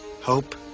hope